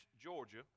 georgia